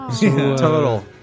Total